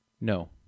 No